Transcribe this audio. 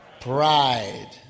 pride